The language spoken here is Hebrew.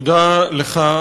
תודה לך,